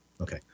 Okay